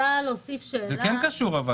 אבל זה כן קשור.